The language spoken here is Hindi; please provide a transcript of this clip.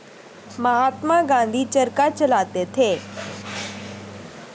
महात्मा गांधी चरखा चलाते थे